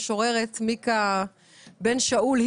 המשוררת מיקה בן שאול,